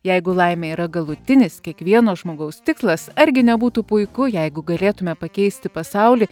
jeigu laimė yra galutinis kiekvieno žmogaus tikslas argi nebūtų puiku jeigu galėtume pakeisti pasaulį